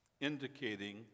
indicating